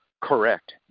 correct